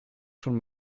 schon